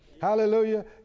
Hallelujah